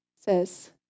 says